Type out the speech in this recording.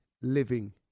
living